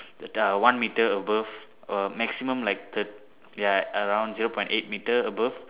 the uh one metre above um maximum like the ya around zero point eight metre above